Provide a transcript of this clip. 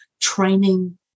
training